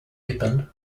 ribbon